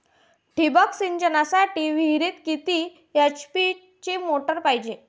ठिबक सिंचनासाठी विहिरीत किती एच.पी ची मोटार पायजे?